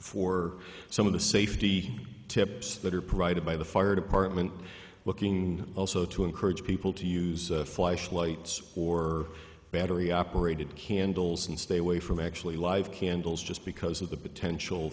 for some of the safety tips that are provided by the fire department looking also to encourage people to use flashlights or battery operated candles and stay away from actually live candles just because of the potential